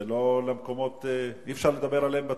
ולא למקומות, שאי-אפשר לדבר עליהם בציבור.